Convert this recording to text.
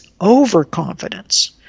overconfidence